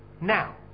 Now